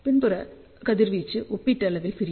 பின்புற கதிர்வீச்சு ஒப்பீட்டளவில் சிறியது